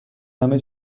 همه